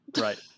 Right